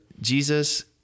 Jesus